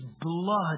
blood